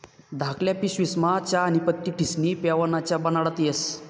धाकल्ल्या पिशवीस्मा चहानी पत्ती ठिस्नी पेवाना च्या बनाडता येस